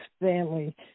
family